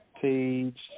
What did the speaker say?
page